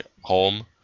home